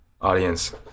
audience